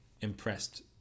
impressed